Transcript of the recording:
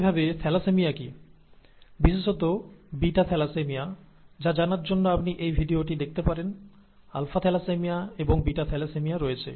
একইভাবে থ্যালাসেমিয়া কি বিশেষত বিটা থ্যালাসেমিয়া তা জানার জন্য আপনি এই ভিডিওটি দেখতে পারেন আলফা থ্যালাসেমিয়া এবং বিটা থ্যালাসেমিয়া রয়েছে